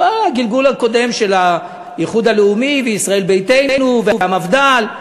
אבל בגלגול הקודם של האיחוד הלאומי וישראל ביתנו והמפד"ל,